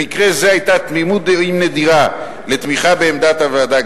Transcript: במקרה זה היתה תמימות דעים נדירה לתמיכה בעמדת הוועדה,